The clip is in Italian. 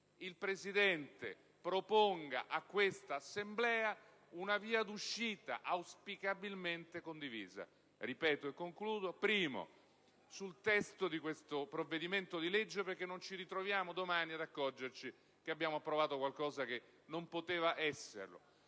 il Presidente proponga all'Assemblea una via d'uscita, auspicabilmente condivisa. Ripeto: in primo luogo, sul testo di questo provvedimento, in maniera tale che non ci ritroviamo domani ad accorgerci di aver approvato qualcosa che non poteva esserlo;